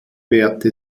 währte